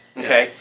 okay